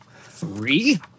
Three